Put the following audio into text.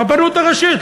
הרבנות הראשית,